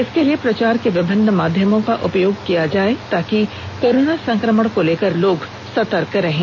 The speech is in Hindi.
इसके लिए प्रचार के विभिन्न माध्यमों का उपयोग किया जाए ताकि कोरोना संक्रमण को लेकर लोग सतर्क रहें